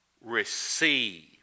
receive